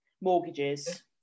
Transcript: mortgages